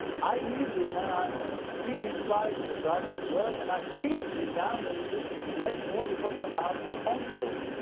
i use it when i'm on a proceeding flight or driving to work and i've recently downloaded this great audio book about concorde,